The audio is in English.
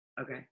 Okay